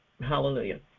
Hallelujah